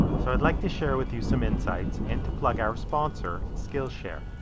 so i'd like to share with you some insights and to plug our sponsor skillshare.